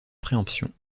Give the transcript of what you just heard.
préemption